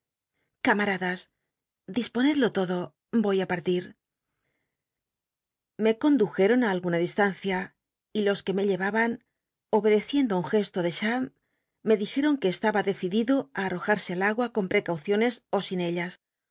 camaradas disponed lo lodo roy i p utia me condujeon ti alguna distancia y los que me llemban obedeciendo á un gesto de cham me dijcon que estaba decidido al'lojaa le al agua con precauciones ó sin ellas